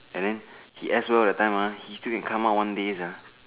and then he S_O_L that time ah he still can come out one day lah